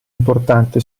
importante